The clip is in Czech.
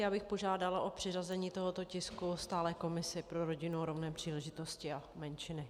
Já bych požádala o přiřazení tohoto tisku stálé komisi pro rodinu a rovné příležitosti a menšiny.